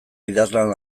idazlan